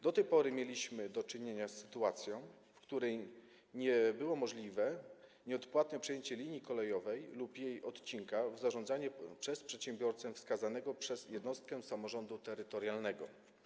Do tej pory mieliśmy do czynienia z sytuacją, w której nie było możliwe nieodpłatne przejęcie linii kolejowej lub jej odcinka w zarządzanie przez przedsiębiorcę wskazanego przez jednostkę samorządu terytorialnego.